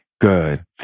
Good